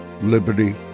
liberty